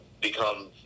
become